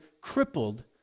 crippled